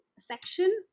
section